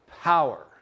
power